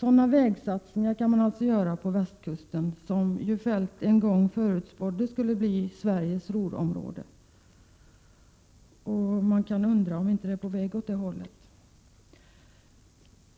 Sådana vägsatsningar kan man alltså göra på västkusten, som Kjell-Olof Feldt en gång förutspådde skulle bli Sveriges Ruhrområde. Man kan undra om vi inte är på väg åt det hållet.